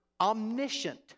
omniscient